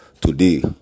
Today